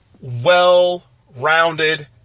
well-rounded